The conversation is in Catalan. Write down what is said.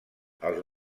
els